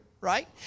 right